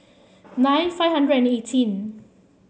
nine five hundred and eighteen